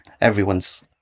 Everyone's